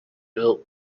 built